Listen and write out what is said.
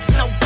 no